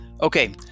Okay